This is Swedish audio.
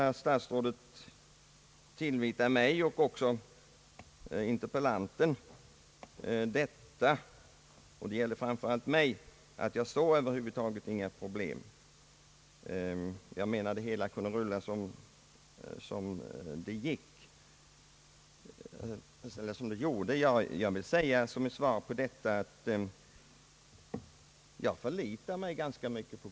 Herr statsrådet ville vidare tillvita mig och även interpellanten den uppfattningen — det skulle framför allt gälla mig — att vi över huvud taget inte ser några problem och att utvecklingen för min del kunde få rulla vidare i sin egen takt. Jag vill på detta svara, att jag mycket förlitar mig på kommunalmännens bedömning.